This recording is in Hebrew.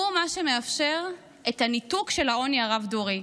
מה שמאפשר את הניתוק של העוני הרב-דורי.